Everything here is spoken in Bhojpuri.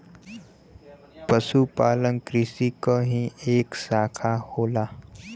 पशुपालन कृषि क ही एक साखा होला